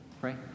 Pray